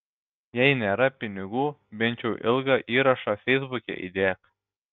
jei nėra pinigų bent jau ilgą įrašą feisbuke įdėk